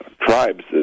tribes